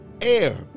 air